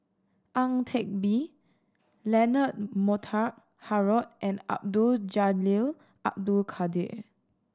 Ang Teck Bee Leonard Montague Harrod and Abdul Jalil Abdul Kadir